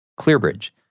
ClearBridge